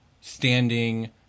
standing